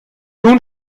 nun